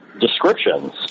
descriptions